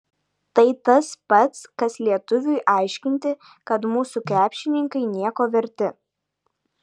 tai tas pats kas lietuviui aiškinti kad mūsų krepšininkai nieko verti